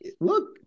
Look